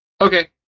Okay